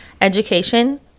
education